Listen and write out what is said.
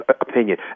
opinion